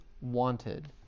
wanted